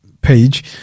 page